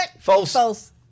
False